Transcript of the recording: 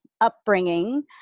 upbringing